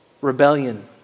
rebellion